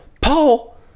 Paul